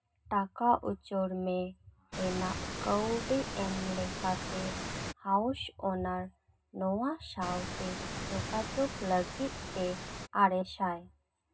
ᱴᱟᱠᱟ ᱩᱪᱟᱹᱲ ᱢᱮ ᱨᱮᱱᱟᱜ ᱠᱟᱹᱣᱰᱤ ᱮᱢ ᱞᱮᱠᱟᱛᱮ ᱦᱟᱣᱩᱥ ᱚᱱᱟᱨ ᱱᱚᱣᱟ ᱥᱟᱶᱛᱮ ᱡᱳᱜᱟᱡᱳᱜᱽ ᱞᱟᱹᱜᱤᱫ ᱛᱮ ᱟᱨᱮ ᱥᱟᱭ